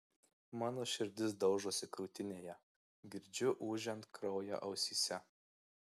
mano širdis daužosi krūtinėje girdžiu ūžiant kraują ausyse